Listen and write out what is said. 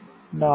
1509